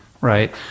right